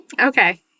Okay